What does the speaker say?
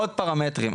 עוד פרמטרים,